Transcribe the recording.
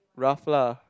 rough lah